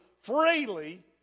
freely